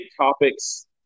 topics